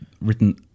written